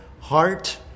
heart